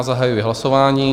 Zahajuji hlasování.